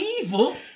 Evil